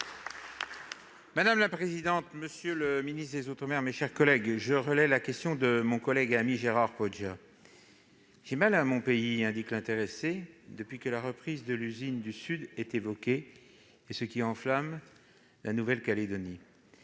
Madame la présidente, monsieur le ministre des outre-mer, mes chers collègues, je relaie la question de mon collègue et ami Gérard Poadja. « J'ai mal à mon pays », indique l'intéressé, depuis qu'est évoquée la reprise de l'usine du Sud, qui enflamme la Nouvelle-Calédonie.